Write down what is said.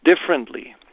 differently